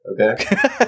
okay